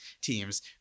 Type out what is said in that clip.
teams